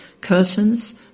curtains